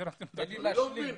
אני לא מבין.